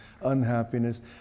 unhappiness